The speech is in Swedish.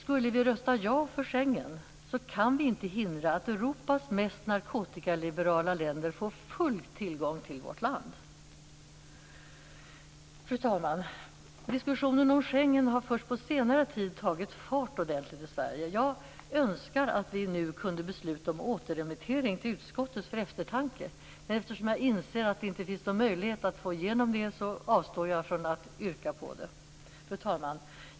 Skulle vi rösta ja för Schengensamarbetet kan vi inte hindra att Europas mest narkotikaliberala länder får full tillgång till vårt land. Fru talman! Diskussionen om Schengensamarbetet har först på senare tid tagit fart. Jag önskar att vi nu kunde besluta om återremittering till utskottet för eftertanke. Men eftersom jag inser att det inte finns någon möjlighet att få igenom det avser jag från att yrka på det. Fru talman!